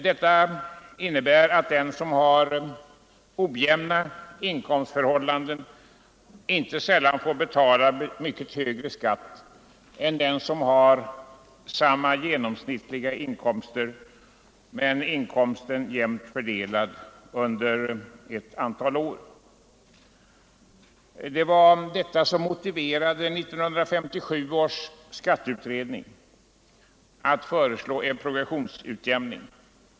Den som har ojämna inkomstförhållanden får inte sällan betala mycket högre skatt än den som har samma genomsnittliga inkomst men inkomsten jämnt fördelad under ett antal år. Det var detta som motiverade 1957 års skatteutredning att föreslå en progressionsutjämning.